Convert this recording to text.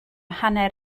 hanner